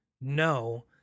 No